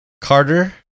Carter